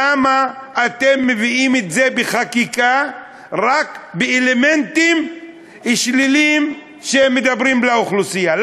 למה אתם מביאים את זה בחקיקה רק באלמנטים שליליים שמדברים לאוכלוסייה?